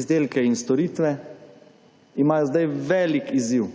izdelke in storitve, imajo zdaj velik izziv.